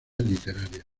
literaria